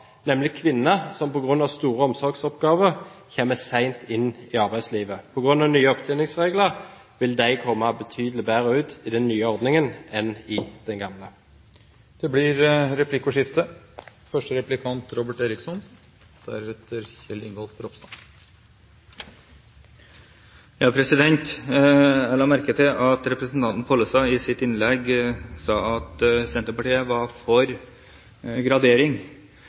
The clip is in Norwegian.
nemlig kvinner som på grunn av store omsorgsoppgaver kommer sent inn i arbeidslivet. På grunn av nye opptjeningsregler vil de komme betydelig bedre ut med den nye ordningen enn med den gamle. Det blir replikkordskifte. Jeg la merke til at representanten Pollestad i sitt innlegg sa at Senterpartiet var for gradering.